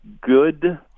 good